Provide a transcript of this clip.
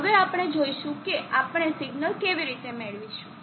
હવે આપણે જોઈશું કે આપણે સિગ્નલ કેવી રીતે મેળવીશું